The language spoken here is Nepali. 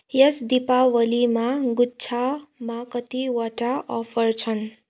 यस दीपावलीमा गुच्छामा कतिवटा अफर छन्